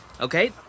okay